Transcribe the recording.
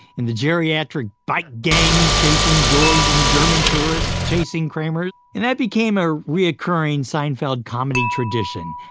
and the geriatric bike gang chasing george, and the german tourist chasing kramer. and that became a recurring seinfeld comedy tradition.